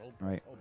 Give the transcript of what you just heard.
Right